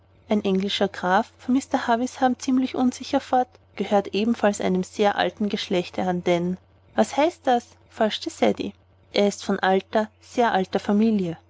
ein englischer graf fuhr mr havisham ziemlich unsicher fort gehört jedenfalls einem sehr alten geschlechte an denn was heißt das forschte ceddie er ist von alter sehr alter familie